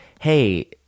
Hey